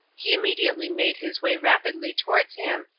he immediately made his way rapidly towards him,